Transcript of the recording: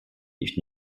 nicht